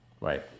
Right